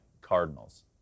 Cardinals